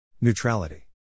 Neutrality